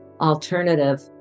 alternative